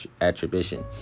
attribution